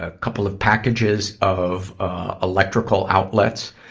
ah couple of packages of, ah, electrical outlets.